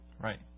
Right